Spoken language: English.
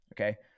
Okay